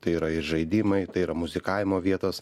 tai yra ir žaidimai tai yra muzikavimo vietos